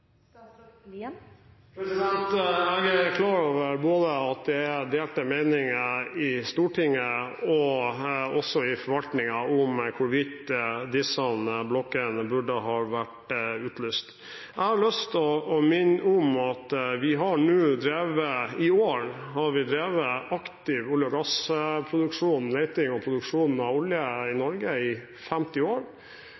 Jeg er klar over at det er delte meninger både i Stortinget og i forvaltningen om hvorvidt disse blokkene burde ha vært utlyst. Jeg har lyst til å minne om at vi nå i år har drevet aktiv olje- og gassproduksjon, leting etter og produksjon av olje i